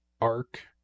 arc